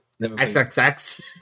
XXX